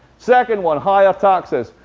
second one. higher taxes.